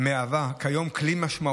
קודם כול לעניינים,